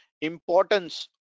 importance